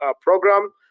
Program